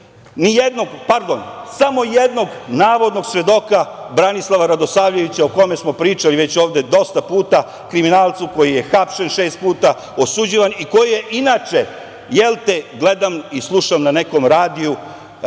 nijednu žrtvu, samo jednog navodnog svedoka Branislava Radosavljevića, o kome smo pričali već ovde dosta puta, kriminalcu koji je hapšen šest puta, osuđivan i koji je inače, jelte, gledam i slušam na nekom radiju,